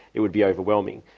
it would be overwhelming.